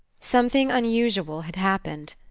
something unusual had happened.